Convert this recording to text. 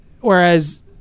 Whereas